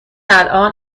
الان